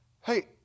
hey